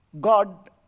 God